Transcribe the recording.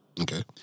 Okay